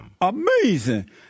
Amazing